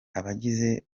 abagize